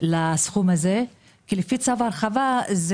לסכום הזה כי לפי צו ההרחבה,